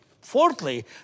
Fourthly